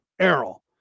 Errol